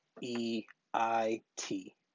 E-I-T